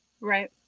Right